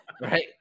right